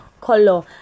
color